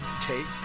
take